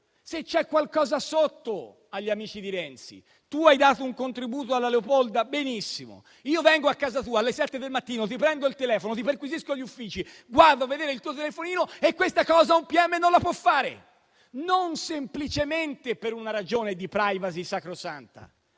se c'è qualcosa sotto agli amici di Renzi. Tu hai dato un contributo alla Leopolda? Benissimo, io vengo a casa tua alle 7 del mattino, ti prendo il telefono, ti perquisisco gli uffici, vado a vedere il tuo telefonino e questa cosa un pm non la può fare e non semplicemente per una ragione di *privacy* sacrosanta,